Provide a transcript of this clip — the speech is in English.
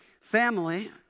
family